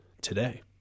today